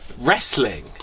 Wrestling